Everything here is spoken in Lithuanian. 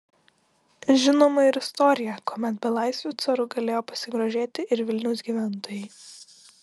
žinoma ir istorija kuomet belaisviu caru galėjo pasigrožėti ir vilniaus gyventojai